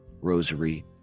rosary